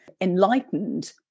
enlightened